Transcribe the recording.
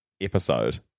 episode